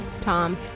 Tom